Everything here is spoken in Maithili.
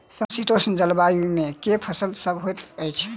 समशीतोष्ण जलवायु मे केँ फसल सब होइत अछि?